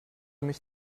mich